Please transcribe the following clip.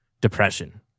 depression